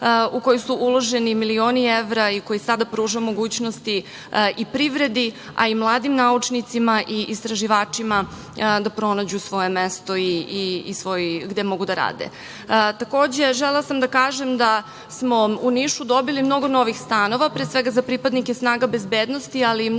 u koji su uloženi milioni evra i koji sada pruža mogućnosti i privredi, a i mladim naučnicima i istraživačima da pronađu svoje mesto i gde mogu da rade. Takođe, želela sam da kažem da smo u Nišu dobili mnogo novih stanova, pre svega za pripadnike snaga bezbednosti, ali i mnogo